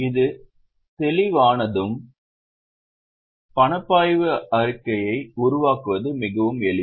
இது தெளிவானதும் பணப்பாய்வு அறிக்கையை உருவாக்குவது மிகவும் எளிது